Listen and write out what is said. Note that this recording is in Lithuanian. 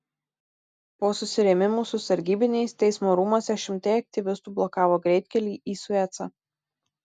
po susirėmimų su sargybiniais teismo rūmuose šimtai aktyvistų blokavo greitkelį į suecą